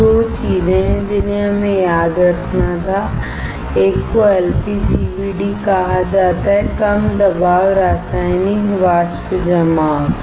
तो 2 चीजें हैं जिन्हें हमें याद रखना था एक को LPCVD कहा जाता है कम दबाव रासायनिक वाष्प जमाव